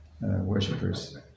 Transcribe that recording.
worshippers